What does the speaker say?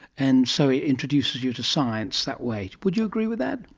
and so it introduces you to science that way. would you agree with that?